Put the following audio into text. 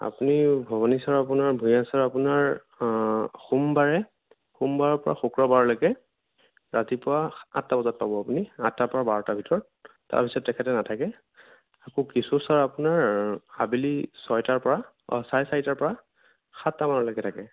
আপুনি ভৱানী চাৰ আপোনাৰ ভূঞা ছাৰ আপোনাৰ সোমবাৰে সোমবাৰৰ পৰা শুক্ৰবাৰলৈকে ৰাতিপুৱা আঠটা বজাত পাব আপুনি আঠটাৰ পৰা বাৰটাৰ ভিতৰত তাৰপিছত তেখেত নাথাকে আকৌ কিশোৰ ছাৰ আপোনাৰ আবেলি ছয়টাৰ পৰা অঁ ছাৰে চাৰিটাৰ পৰা সাতটা মানলৈকে থাকিব